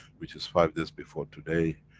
which is five days before today,